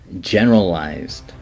generalized